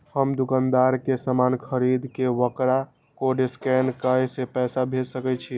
हम दुकानदार के समान खरीद के वकरा कोड स्कैन काय के पैसा भेज सके छिए?